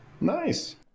Nice